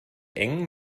eng